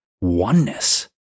oneness